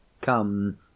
Come